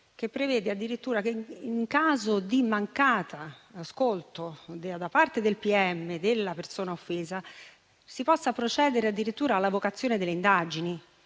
che prevede addirittura che, in caso di mancato ascolto da parte del pm della persona offesa, si possa procedere addirittura all'avocazione delle indagini.